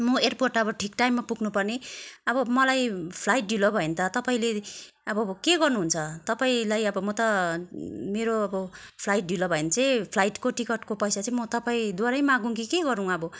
म एयरपोर्ट अब ठिक टाइममा पुग्नु पर्ने अब मलाई फ्लाइट ढिलो भयो भने त तपाईँले अब के गर्नुहुन्छ तपाईँलाई अब म त मेरो अब फ्लाइट ढिलो भयो भने चाहिँ फ्लाइटको टिकटको पैसा चाहिँ म तपाईँद्वारै मागौँ कि के गरौँ अब